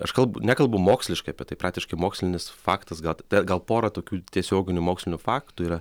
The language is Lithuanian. aš kalb nekalbu moksliškai apie tai praktiškai mokslinis faktas gal tik gal porą tokių tiesioginių mokslinių faktų yra